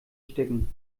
stecken